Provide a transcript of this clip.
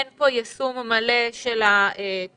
אין כאן יישום מלא של התוכנית.